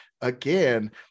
again